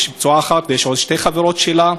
יש פצועה אחת ויש עוד שתי חברות שלה.